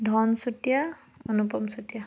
Dhan Chutia Anupam Chutia